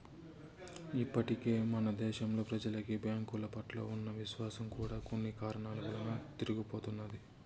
ఇప్పటికే మన దేశంలో ప్రెజలకి బ్యాంకుల పట్ల ఉన్న విశ్వాసం కూడా కొన్ని కారణాల వలన తరిగిపోతున్నది